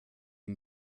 ihm